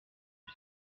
ils